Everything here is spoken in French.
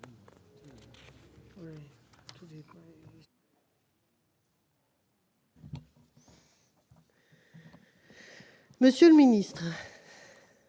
Monsieur le ministre,